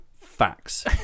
facts